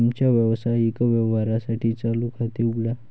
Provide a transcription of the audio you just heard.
तुमच्या व्यावसायिक व्यवहारांसाठी चालू खाते उघडा